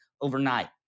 overnight